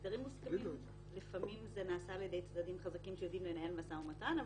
הסדרים מוסכמים לפעמים נעשים על ידי צדדים חזקים שיודעים לנהל משא ומתן,